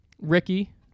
Ricky